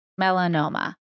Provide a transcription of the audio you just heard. melanoma